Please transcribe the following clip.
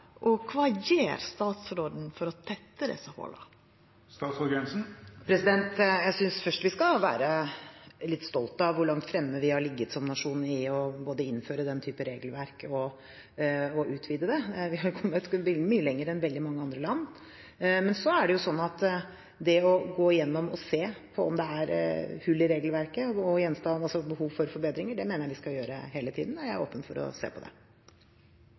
og kva gjer statsråden for å tetta desse hola? Først av alt synes jeg at vi skal være litt stolte av hvor langt fremme vi har ligget som nasjon i både å innføre og å utvide denne typen regelverk. Vi har kommet veldig mye lenger enn veldig mange andre. Men jeg mener at vi hele tiden skal gå igjennom og se om det hull i regelverket og behov for forbedringer, og jeg er åpen for å se på det. Statsråden var innom noen nasjonale tiltak som regjeringen jobber med. Ett av de tiltakene er rentebegrensningsregelen. Da er den naturlige oppfølgingen å spørre om når det